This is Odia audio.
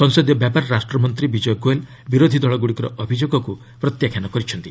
ସଂଦସୀୟ ବ୍ୟାପାର ରାଷ୍ଟ୍ରମନ୍ତ୍ରୀ ବିଜୟ ଗୋୟଲ୍ ବିରୋଧି ଦଳଗୁଡ଼ିକର ଅଭିଯୋଗକୁ ପ୍ରତ୍ୟାଖ୍ୟାନ କରିଛନ୍ତି